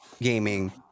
gaming